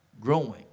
growing